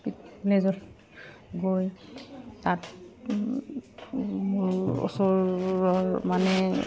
গৈ তাত ওচৰৰ মানে